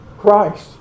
Christ